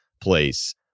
place